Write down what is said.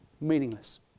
meaningless